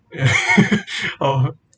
orh